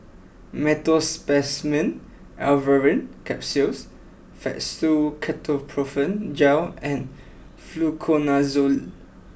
Meteospasmyl Alverine Capsules Fastum Ketoprofen Gel and Fluconazole